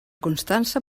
constança